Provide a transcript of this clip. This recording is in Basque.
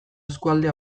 eskualde